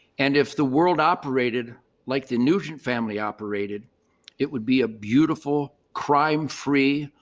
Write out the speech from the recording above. and if the world operated like the nugent family operated it would be a beautiful crime-free,